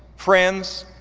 friends,